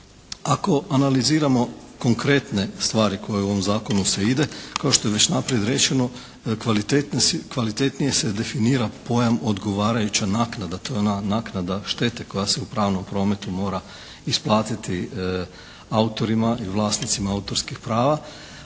Ako analiziramo konkretne stvari koje u ovom zakonu se ide, kao što je već naprijed rečeno, kvalitetnije se definira pojam odgovarajuća naknada. To je ona naknada štete koja se u pravnom prometu mora isplatiti autorima i vlasnicima autorskih prava,